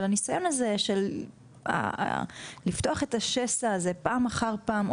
אבל הניסיון הזה לפתוח את השסע הזה פעם אחר פעם,